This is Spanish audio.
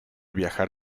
viajar